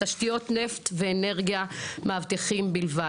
"תשתיות נפט ואנרגיה"; מאבטחים בלבד,